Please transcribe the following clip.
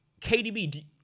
KDB